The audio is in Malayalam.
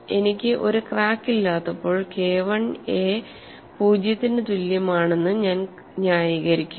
എനിക്ക് ഒരു ക്രാക്ക് ഇല്ലാത്തപ്പോൾ KI a പൂജ്യത്തിന് തുല്യമാണെന്ന് ഞാൻ ന്യായീകരിക്കുന്നു